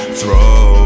throw